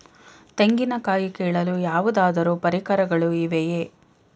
ತೆಂಗಿನ ಕಾಯಿ ಕೀಳಲು ಯಾವುದಾದರು ಪರಿಕರಗಳು ಇವೆಯೇ?